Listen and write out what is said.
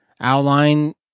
outline